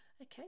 Okay